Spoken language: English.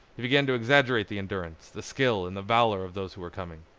he began to exaggerate the endurance, the skill, and the valor of those who were coming.